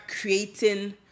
creating